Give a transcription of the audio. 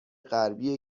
غربی